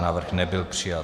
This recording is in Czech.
Návrh nebyl přijat.